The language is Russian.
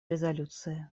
резолюции